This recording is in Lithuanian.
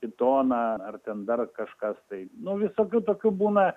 pitoną ar ten dar kažkas tai nu visokių tokių būna